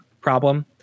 problem